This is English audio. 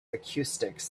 acoustics